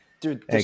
Dude